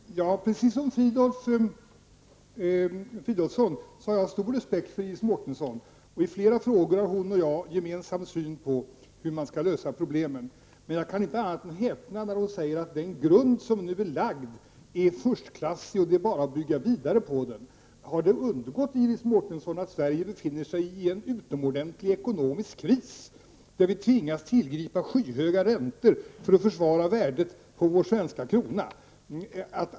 Herr talman! Jag har, precis som Filip Fridolfsson, stor respekt för Iris Mårtensson. I flera frågor har hon och jag samma syn på hur man skall lösa problemen. Jag kan emellertid inte annat än häpna när hon säger att den grund som nu är lagd är förstklassig och att det bara är att bygga vidare på den. Har det undgått Iris Mårtensson att Sverige befinner sig i en utomordentlig ekonomisk kris, där vi tvingas tillgripa skyhöga räntor för att försvara värdet på vår svenska krona?